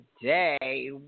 today